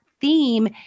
theme